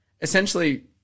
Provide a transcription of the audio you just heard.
Essentially